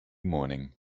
morning